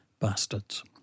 Bastards